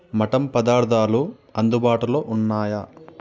మఠం పదార్థాలు అందుబాటులో ఉన్నాయా